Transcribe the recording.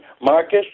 Marcus